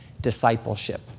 discipleship